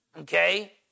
okay